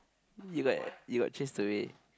you got you got chased away